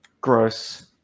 gross